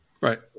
right